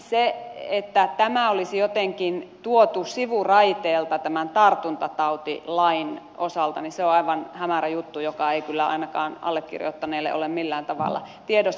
se että tämä olisi jotenkin tuotu sivuraiteelta tartuntatautilain osalta on aivan hämärä juttu joka ei kyllä ainakaan allekirjoittaneella ole millään tavalla tiedossa